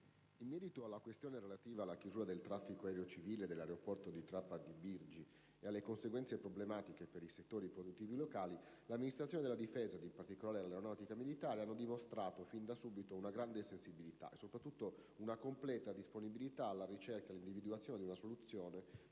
In merito alla questione relativa alla chiusura del traffico aereo civile dell'aeroporto di Trapani Birgi e alle conseguenti problematiche per i settori produttivi locali, l'Amministrazione della Difesa - ed in particolare l'Aeronautica militare (AM) - ha dimostrato, fin da subito, grande sensibilità e soprattutto piena disponibilità nella ricerca e nella individuazione di una soluzione